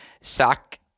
Sock